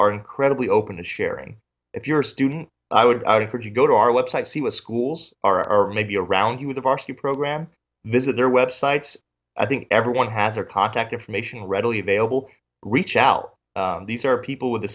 are incredibly open to sharing if you're a student i would encourage you go to our website see what schools are maybe around you with a varsity program visit their websites i think everyone has their contact information readily available reach out these are people with the